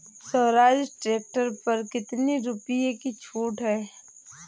Swaraj tractor पर कितनी रुपये की छूट है?